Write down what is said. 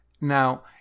now